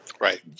Right